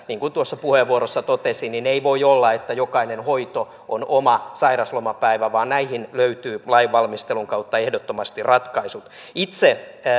niin kuin tuossa puheenvuorossa totesin ovat sentyyppisiä että ei voi olla että jokainen hoito on oma sairauslomapäivä vaan näihin löytyy lainvalmistelun kautta ehdottomasti ratkaisut itse